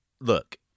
look